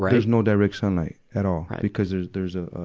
like there's no direct sunlight at all, because there's, there's a, ah,